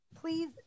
please